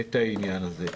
את העניין הזה.